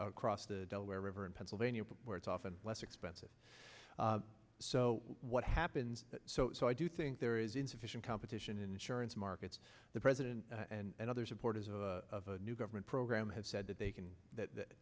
across the delaware river in pennsylvania where it's often less expensive so what happens so i do think there is insufficient competition insurance markets the president and other supporters of a new government program has said that they can that